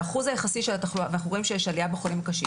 והאחוז היחסי של התחלואה ואנחנו רואים שיש עלייה בחולים קשים.